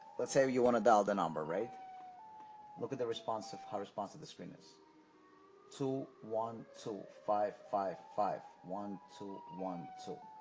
let's say you want to dial the number right look at the response of how responsive the screen is to one two so five five five one two one two.